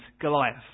Goliath